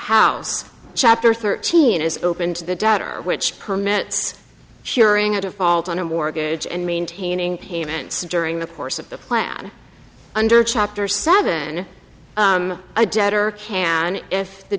house chapter thirteen is open to the debtor which permits sharing out of fault on a mortgage and maintaining payments during the course of the plan under chapter seven a debtor and if the